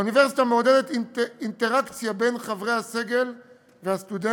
האוניברסיטה מעודדת אינטראקציה בין חברי הסגל והסטודנטים.